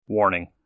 Warning